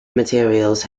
materials